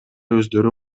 өздөрү